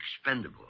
expendable